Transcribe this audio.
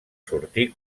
sortir